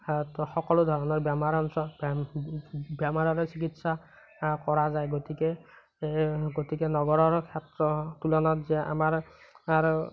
সকলো ধৰণৰ বেমাৰ বেমাৰ আজাৰৰ চিকিৎসা কৰা যায় গতিকে গতিকে নগৰৰ ক্ষেত্ৰ তুলনাত যে আমাৰ